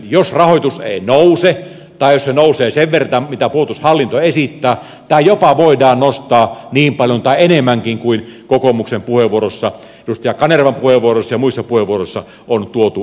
jos rahoitus ei nouse tai jos se nousee sen verran mitä puolustushallinto esittää tämä jopa voidaan nostaa niin paljon tai enemmänkin kuin kokoomuksen puheenvuorossa edustaja kanervan puheenvuorossa ja muissa puheenvuoroissa on tuotu esille